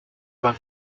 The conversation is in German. beim